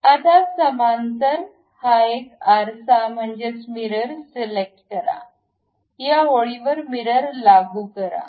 आता समांतर हा एक आरसा म्हणजेच मिरर सिलेक्ट करा या ओळीवर मिरर लागू करा